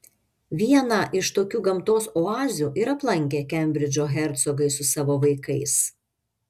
vieną iš tokių gamtos oazių ir aplankė kembridžo hercogai su savo vaikais